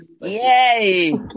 yay